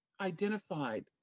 identified